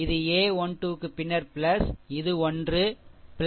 இது a 1 2 பின்னர் இது ஒன்று இது